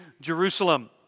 Jerusalem